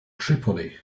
tripoli